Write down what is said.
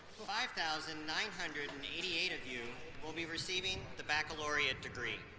five thousand nine hundred and eighty eight of you will be receiving the baccalaureate degree.